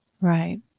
Right